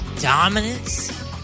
dominance